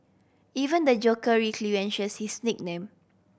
even the Joker relinquishes his nickname